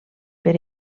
per